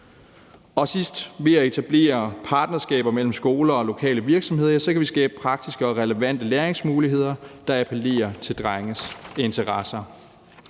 jeg sige, at ved at etablere partnerskaber mellem skoler og lokale virksomheder kan vi skabe praktiske og relevante læringsmuligheder, der appellerer til drenges interesser.